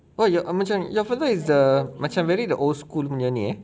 oh your oh macam your father is the macam very the old school punya ni eh